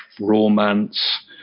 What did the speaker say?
romance